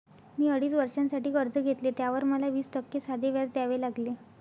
मी अडीच वर्षांसाठी कर्ज घेतले, त्यावर मला वीस टक्के साधे व्याज द्यावे लागले